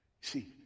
see